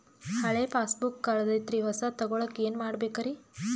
ಹಳೆ ಪಾಸ್ಬುಕ್ ಕಲ್ದೈತ್ರಿ ಹೊಸದ ತಗೊಳಕ್ ಏನ್ ಮಾಡ್ಬೇಕರಿ?